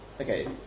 okay